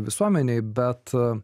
visuomenei bet